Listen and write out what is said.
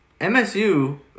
MSU